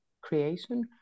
creation